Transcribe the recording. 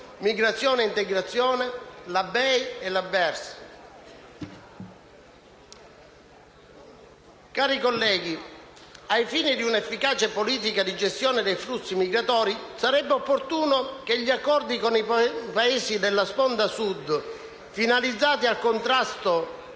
la ricostruzione e sviluppo (BERS). Cari colleghi, ai fini di un'efficace politica di gestione dei flussi migratori, sarebbe opportuno che gli accordi con i Paesi della sponda Sud, finalizzati al contrasto